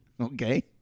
Okay